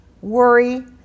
worry